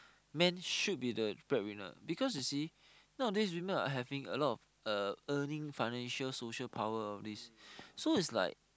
men should be the bread winner because you see nowadays we're not having a lot of earning financial and social power and all this